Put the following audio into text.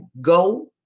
go